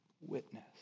witness